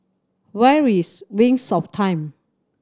where is Wings of Time